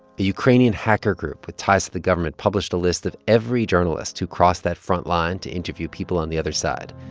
a ukrainian hacker group with ties to the government published a list of every journalist who crossed that front line to interview people on the other side.